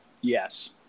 Yes